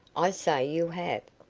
i say you have!